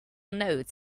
note